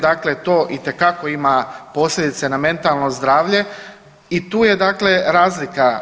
Dakle, to itekako ima posljedice na mentalno zdravlje i tu je dakle razlika.